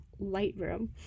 lightroom